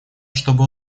чтобы